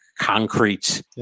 concrete